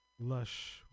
Lush